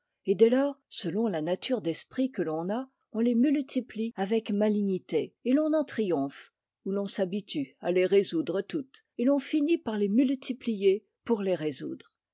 et dès lors selon la nature d'esprit que l'on a on les multiplie avec malignité et l'on en triomphe ou l'on s'habitue à les résoudre toutes et l'on finit par les multiplier pour les résoudre